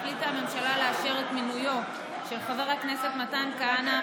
החליטה הממשלה לאשר את מינויו של חבר הכנסת מתן כהנא,